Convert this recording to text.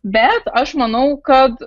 bet aš manau kad